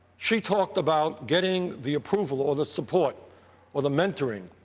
she talked about getting the approval or the support or the mentoring